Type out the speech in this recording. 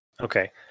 Okay